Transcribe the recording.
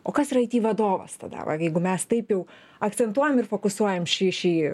o kas yra aiti vadovas tada jeigu mes taip jau akcentuojam ir fokusuojam šį šį